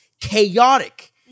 chaotic